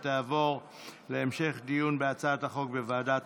ותעבור להמשך דיון בהצעת החוק בוועדת